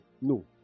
no